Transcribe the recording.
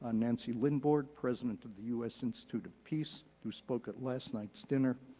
ah nancy lindborg, president of the u s. institute of peace, who spoke at last night's dinner,